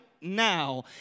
now